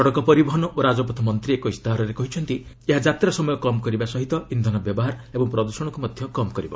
ସଡ଼କ ପରିବହନ ଓ ରାଜପଥ ମନ୍ତ୍ରୀ ଏକ ଇସ୍ତାହାରରେ କହିଛନ୍ତି ଏହା ଯାତ୍ରା ସମୟ କମ୍ କରିବା ସହ ଇନ୍ଧନ ବ୍ୟବହାର ଓ ପ୍ରଦୂଷଣକୁ ମଧ୍ୟ କମ୍ କରିବ